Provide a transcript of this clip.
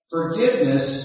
Forgiveness